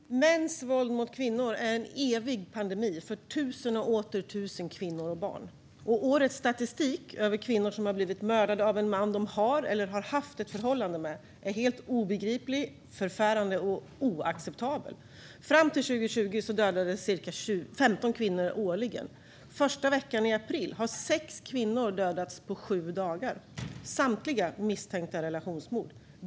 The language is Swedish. Herr talman! Mäns våld mot kvinnor är en evig pandemi mot tusen och åter tusen kvinnor och barn. Årets statistik över kvinnor som har blivit mördade av en man som de har eller har haft ett förhållande med är helt obegriplig, förfärande och oacceptabel. Fram till 2020 dödades cirka 15 kvinnor årligen, men första veckan i april i år dödades sex kvinnor på sju dagar, i samtliga fall misstänkta relationsmord.